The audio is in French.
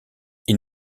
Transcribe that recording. ils